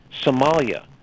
Somalia